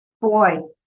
Boy